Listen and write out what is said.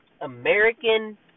American